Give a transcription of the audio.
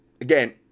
again